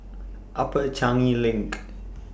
Upper Changi LINK